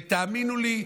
ותאמינו לי,